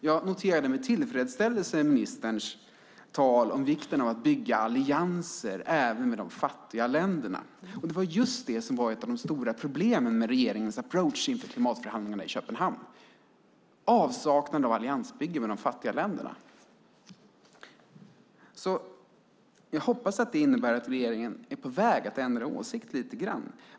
Jag noterade med tillfredsställelse ministerns tal om vikten av att bygga allianser, även med de fattiga länderna. Det var just det som var ett av de stora problemen med regeringens approach inför klimatförhandlingarna i Köpenhamn, avsaknaden av alliansbygge med de fattiga länderna. Därför hoppas jag att detta innebär att regeringen är på väg att ändra åsikt lite grann.